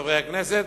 חברי הכנסת,